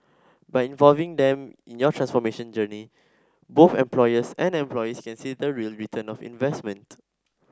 by involving them in your transformation journey both employers and employees can see the real return of investment